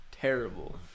terrible